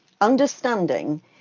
Understanding